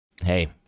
Hey